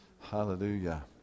Hallelujah